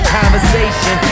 conversation